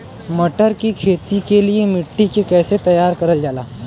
मटर की खेती के लिए मिट्टी के कैसे तैयार करल जाला?